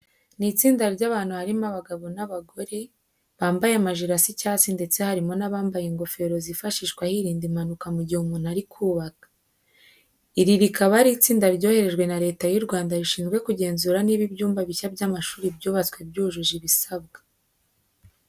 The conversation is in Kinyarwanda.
Ni itsinda ry'abantu harimo abagabo n'abagore, bambaye amajire asa icyatsi ndetse harimo n'abambaye ingofero zifashishwa hirindwa impanuka mu gihe umuntu ari kubaka. Iri rikaba ari itsinda ryoherejwe na Leta y'u Rwanda rishinzwe kugenzura niba ibyumba bishya by'amashuri byubatswe byujuje ibisabwa.